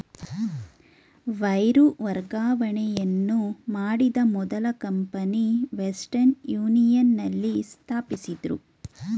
wire ವರ್ಗಾವಣೆಯನ್ನು ಮಾಡಿದ ಮೊದಲ ಕಂಪನಿ ವೆಸ್ಟರ್ನ್ ಯೂನಿಯನ್ ನಲ್ಲಿ ಸ್ಥಾಪಿಸಿದ್ದ್ರು